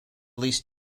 least